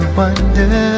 wonder